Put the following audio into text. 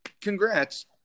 congrats